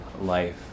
life